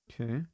Okay